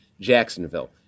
Jacksonville